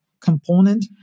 component